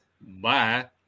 bye